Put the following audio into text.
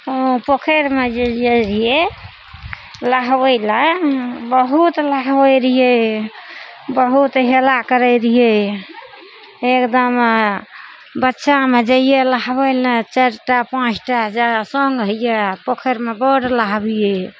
हँ पोखरिमे जे जाइ रहियै नहबय लए बहुत नहाय रहियइ बहुत हेला करय रहियै एकदम बच्चामे जइए नहबइ लए चारि टा पाँच टा सङ्ग होइए पोखरिमे बड़ नहबिये